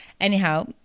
anyhow